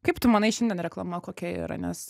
kaip tu manai šiandien reklama kokia yra nes